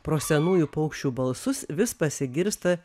pro senųjų paukščių balsus vis pasigirsta